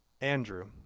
andrew